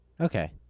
Okay